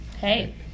Hey